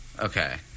Okay